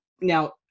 now